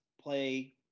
play